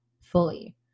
fully